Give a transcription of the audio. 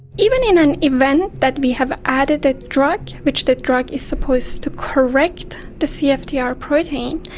even in an event that we have added a drug which that drug is supposed to correct the cftr ah protein,